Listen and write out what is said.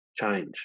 change